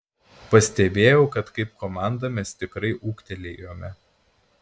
pastebėjau kad kaip komanda mes tikrai ūgtelėjome